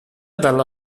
dalla